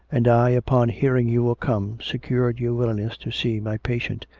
and i, upon hearing you were come, secured your willingness to see my patient,